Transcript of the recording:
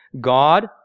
God